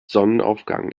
sonnenaufgang